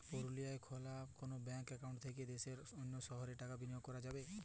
পুরুলিয়ায় খোলা কোনো ব্যাঙ্ক অ্যাকাউন্ট থেকে দেশের অন্য শহরে টাকার বিনিময় করা যাবে কি?